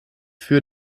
für